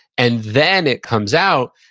and then it comes out,